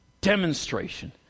demonstration